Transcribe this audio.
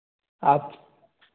आप